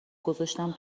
گذاشتم